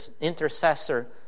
intercessor